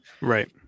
right